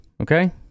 okay